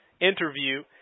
interview